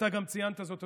גם אתה ציינת זאת,